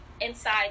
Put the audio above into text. inside